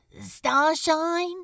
starshine